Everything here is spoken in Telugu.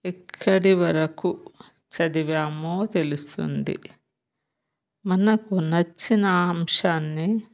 ఎక్కడి వరకు చదివామో తెలుస్తుంది మనకు నచ్చిన అంశాన్ని